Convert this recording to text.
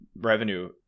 revenue